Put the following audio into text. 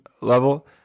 level